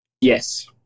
Yes